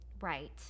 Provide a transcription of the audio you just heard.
Right